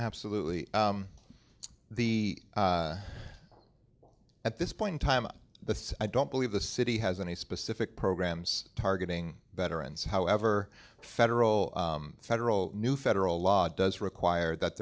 absolutely the at this point in time the i don't believe the city has any specific programs targeting better and so however federal federal new federal law does require that